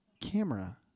camera